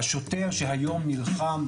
השוטר שהיום נלחם